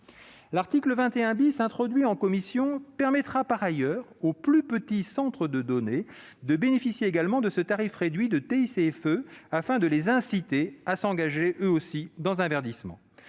L'article 21 , introduit en commission, permettra par ailleurs aux plus petits centres de données de bénéficier également de ce tarif réduit de TICFE, ce qui les incitera à s'engager eux aussi dans un tel verdissement.